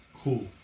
Cool